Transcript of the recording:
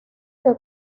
que